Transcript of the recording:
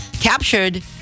captured